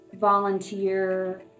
volunteer